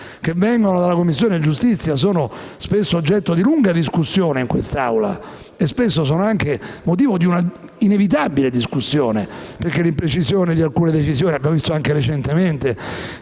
che vengono dalla Commissione giustizia sono spesso oggetto di lunga discussione in quest'Assemblea e spesso sono anche motivo di un'inevitabile discussione, per via dell'imprecisione di alcune decisioni, che abbiamo visto, anche recentemente,